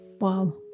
Wow